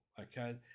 okay